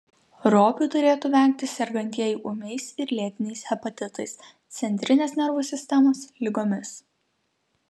ropių turėtų vengti sergantieji ūmiais ir lėtiniais hepatitais centrinės nervų sistemos ligomis